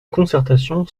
concertation